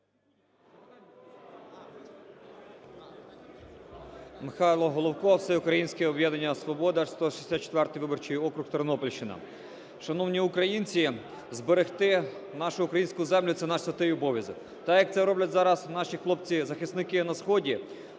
Михайло Головко, "Всеукраїнське об'єднання "Свобода", 164 виборчий округ, Тернопільщина. Шановні українці, зберегти нашу українську землю – це наш святий обов'язок. Так, як це роблять зараз наші хлопці-захисники на сході,